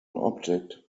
object